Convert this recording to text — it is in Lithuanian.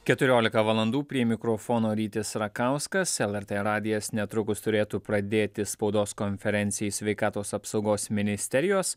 keturiolika valandų prie mikrofono rytis rakauskas lrt radijas netrukus turėtų pradėti spaudos konferenciją iš sveikatos apsaugos ministerijos